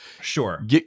sure